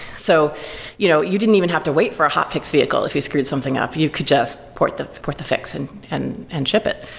so you know you didn't even have to wait for a hotfix vehicle if you screwed something up. you could just port the port the fix and and and ship it.